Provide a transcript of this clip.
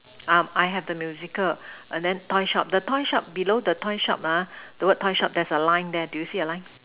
uh I have the musical and then toy shop the toy shop below the toy shop ah the word toy shop there's a line there do you see a line